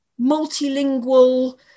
multilingual